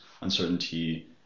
uncertainty